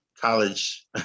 college